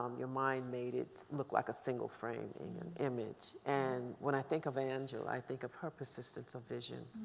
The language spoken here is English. um your mind made it look like a single frame in an image. and when i think of angela, i think of her persistence of vision